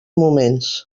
moments